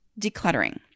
decluttering